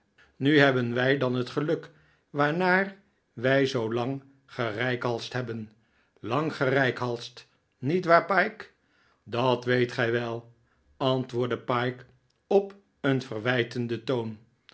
nu hebben wij dan het geluk waarnaar wij zoolang gereikhalsd hebben lang gereikhalsd niet waar pyke dat weet gij wel antwoordde pyke op een verwijtenden toon